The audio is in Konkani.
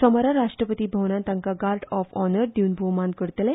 सोमारा राष्ट्रपती भवनांत तांकां गार्ड ऑफ हॉर्नर दिवन भोवमान करतले